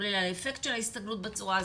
כולל האפקט של ההסתגלות בצורה הזאת,